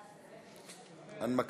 נגד.